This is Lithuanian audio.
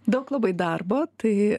daug labai darbo tai